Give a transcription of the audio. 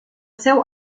seu